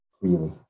freely